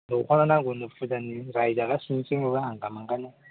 दखना नांगौनो फुजानि रायजागासिनोसो माबा आंगा मांगानो